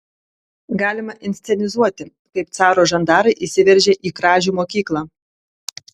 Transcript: galima inscenizuoti kaip caro žandarai įsiveržia į kražių mokyklą